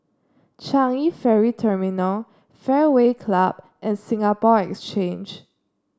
Changi Ferry Terminal Fairway Club and Singapore Exchange